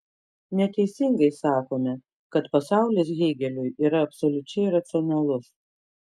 neteisingai sakome kad pasaulis hėgeliui yra absoliučiai racionalus